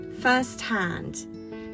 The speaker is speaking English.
firsthand